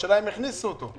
והשאלה היא האם יכניסו אותו.